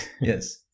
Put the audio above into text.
yes